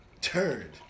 turned